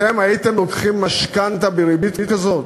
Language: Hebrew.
אתם הייתם לוקחים משכנתה בריבית כזאת?